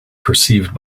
percieved